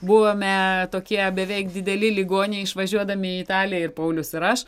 buvome tokie beveik dideli ligoniai išvažiuodami į italiją ir paulius ir aš